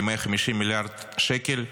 ל-150 מיליארד שקל,